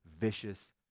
vicious